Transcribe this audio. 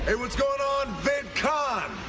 hey, what is going on, vidcon?